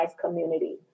community